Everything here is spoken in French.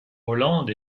hollande